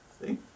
See